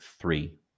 three